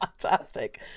fantastic